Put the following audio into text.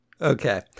Okay